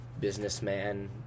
businessman